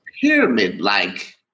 pyramid-like